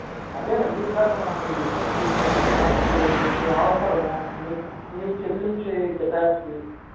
అదేనండి ఇందాక మనం డిస్కస్ చేసిన విధంగా ఇప్పుడు మీ అవసరము మీర్ మీరు చెల్లించే కెపాసిటీ